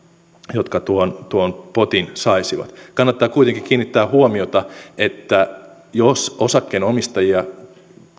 jotka tuon tuon potin saisivat kannattaa kuitenkin kiinnittää huomiota siihen että jos osakkeenomistajia